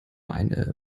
eine